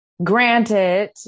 Granted